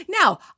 now